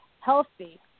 healthy